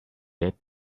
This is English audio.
that